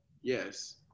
Yes